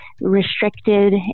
restricted